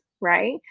right